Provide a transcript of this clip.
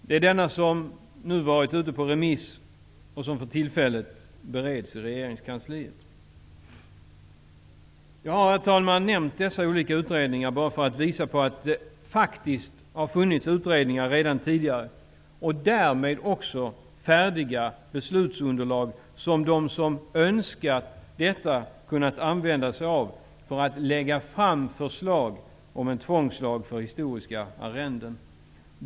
Det är dess förslag som nu varit ute på remiss och som för tillfället bereds i regeringskansliet. Jag har nämnt dessa olika utredningar bara för att visa på att det faktiskt redan tidigare har funnits utredningar och därmed färdiga beslutsunderlag, som de som önskat hade kunnat använda sig av för att lägga fram förslag om en tvångslag för historiska arrenden.